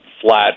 flat